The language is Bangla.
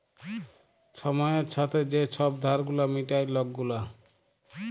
ছময়ের ছাথে যে ছব ধার গুলা মিটায় লক গুলা